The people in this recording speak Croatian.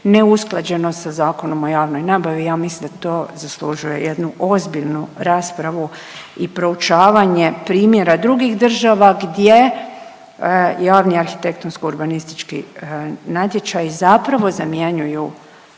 neusklađenost sa Zakonom o javnoj nabavi i ja mislim da to zaslužuje jednu ozbiljnu raspravu i proučavanje primjera drugih država gdje javni arhitektonsko-urbanistički natječaj zapravo zamjenjuju